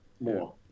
more